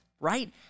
right